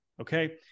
Okay